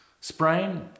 Sprain